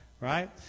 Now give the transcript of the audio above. right